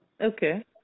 Okay